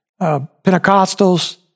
Pentecostals